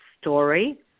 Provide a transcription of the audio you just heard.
story